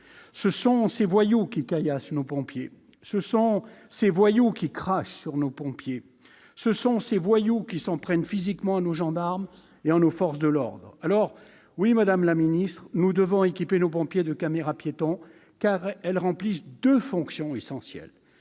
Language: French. Ce sont ces voyous qui caillassent nos pompiers. Ce sont ces voyous qui crachent sur nos pompiers. Ce sont ces voyous qui s'en prennent physiquement à nos gendarmes et à nos forces de l'ordre. Alors, oui, madame la ministre, nous devons équiper nos pompiers de caméras-piétons, dans la mesure où elles remplissent deux fonctions essentielles.